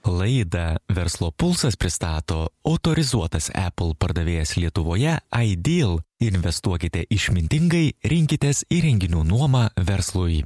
laida verslo pulsas pristato autorizuotas apple pardavėjas lietuvoje ideal investuokite išmintingai rinkitės įrenginių nuomą verslui